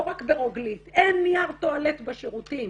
לא רק --- אין נייר טואלט בשירותים.